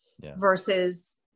versus